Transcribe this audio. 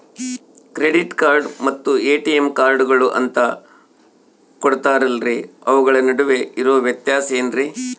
Credit card ಮತ್ತ ATM ಕಾರ್ಡುಗಳು ಅಂತಾ ಕೊಡುತ್ತಾರಲ್ರಿ ಅವುಗಳ ನಡುವೆ ಇರೋ ವ್ಯತ್ಯಾಸ ಏನ್ರಿ?